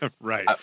Right